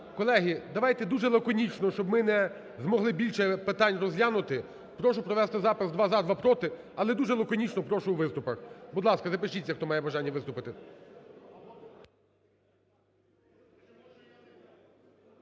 Колеги, давайте дуже лаконічно, щоб ми не змогли більше питань розглянути. Прошу провести запис: два – за, два – проти, але дуже лаконічно прошу у виступах. Будь ласка, запишіться, хто має бажання виступити.